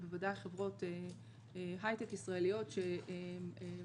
ובוודאי חברות הייטק ישראליות שמדווחות